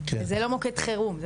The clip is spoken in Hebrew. זה לא מוקד חרום,